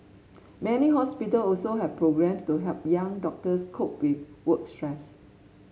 many hospital also have programmes to help young doctors cope with work stress